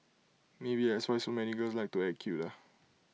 maybe that's why so many girls like to act cute ah